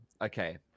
Okay